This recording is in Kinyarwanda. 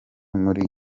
muri